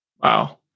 Wow